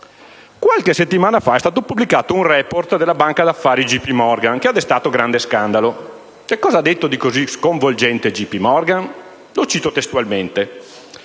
Qualche settimana fa è stato pubblicato un *report* della banca d'affari JpMorgan, che ha destato grande scandalo. Cosa ha detto di così sconvolgente la banca JpMorgan? Lo cito testualmente: